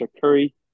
Curry